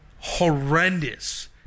horrendous